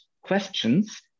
questions